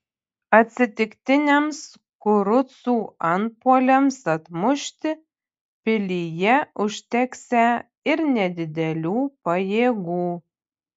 atsitiktiniams kurucų antpuoliams atmušti pilyje užteksią ir nedidelių pajėgų